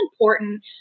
important